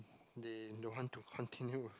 they don't want to continue